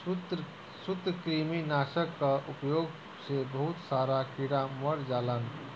सूत्रकृमि नाशक कअ उपयोग से बहुत सारा कीड़ा मर जालन